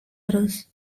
errors